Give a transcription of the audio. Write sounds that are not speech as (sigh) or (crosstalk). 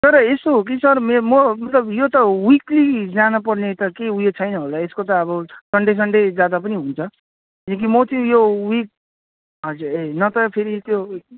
तर यसो हो कि सर मे म मतलब यो त विकली जानुपर्ने त केही उयो छैन होला यसको त अब सन्डे सन्डे जाँदा पनि हुन्छ (unintelligible) म चाहिँ यो विक हजुर ए न त फेरि त्यो